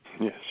Yes